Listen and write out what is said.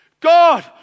God